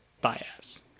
bias